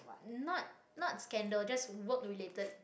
not not scandal just work-related